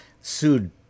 sued